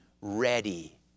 Ready